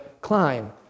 climb